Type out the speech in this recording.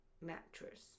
Mattress